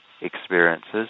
experiences